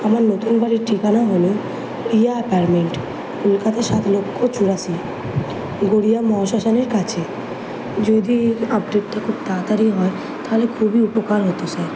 আমার নতুন বাড়ির ঠিকানা হলো প্রিয়া অ্যাপার্টমেন্ট কলকাতা সাত লক্ষ চুরাশি গড়িয়া মহাশ্মশানের কাছে যদি আপডেটটা খুব তাড়াতাড়ি হয় থালে খুব উপকার হতো স্যার